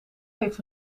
heeft